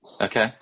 Okay